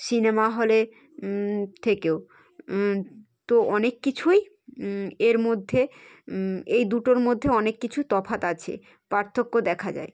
cinema হলের থেকেও তো অনেক কিছুই এর মধ্যে এই দুটোর মধ্যে অনেক কিছু তফাৎ আছে পার্থক্য দেখা যায়